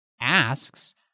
asks